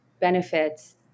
benefits